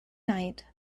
night